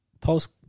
post